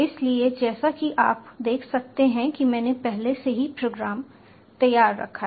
इसलिए जैसा कि आप देख सकते हैं कि मैंने पहले से ही प्रोग्राम तैयार रखा है